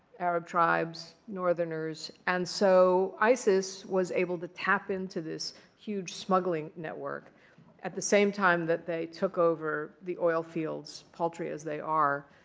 arab tribes, northerners. and so isis was able to tap in to this huge smuggling network at the same time that they took over the oil fields, paltry as they are,